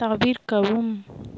தவிர்க்கவும்